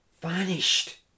vanished